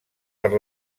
per